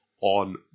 on